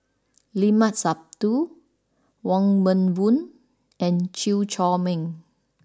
Limat Sabtu Wong Meng Voon and Chew Chor Meng